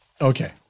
Okay